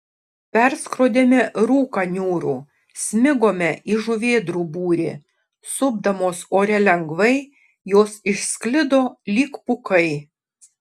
perskrodėme rūką niūrų smigome į žuvėdrų būrį supdamos ore lengvai jos išsklido lyg pūkai